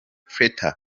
freter